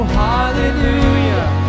hallelujah